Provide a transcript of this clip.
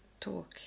talk